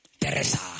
Teresa